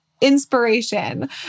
inspiration